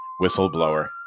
Whistleblower